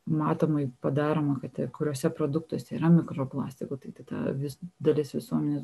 matomai padaroma kad kuriuose produktuose yra mikroplastikų tai tą vis dalis visuomenės